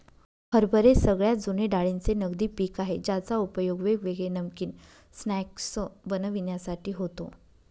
हरभरे सगळ्यात जुने डाळींचे नगदी पिक आहे ज्याचा उपयोग वेगवेगळे नमकीन स्नाय्क्स बनविण्यासाठी होतो